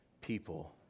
people